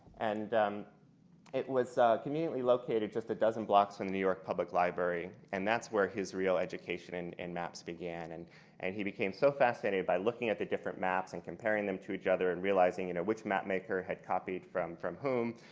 and um it was conveniently located a dozen blocks from the new york public library. and that's where his real education in and maps began. and and he became so fascinated by looking at the different maps and comparing them to each other and realizing and which map maker had copied from from whom.